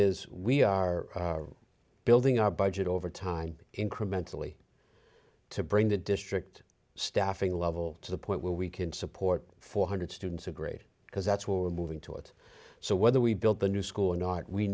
is we are building our budget over time incrementally to bring the district staffing level to the point where we can support four hundred students a grade because that's what we're moving toward so whether we build the new school or not we